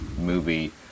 movie